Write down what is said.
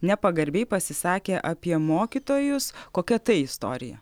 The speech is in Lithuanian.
nepagarbiai pasisakė apie mokytojus kokia tai istorija